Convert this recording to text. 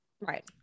right